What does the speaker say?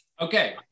Okay